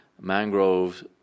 mangroves